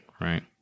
right